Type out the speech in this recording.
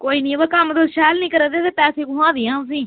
कोई निं अवा कम्म तुस शैल निं करा दे ते पैसे कु'त्थुआं देआं तुसें ई